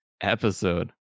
episode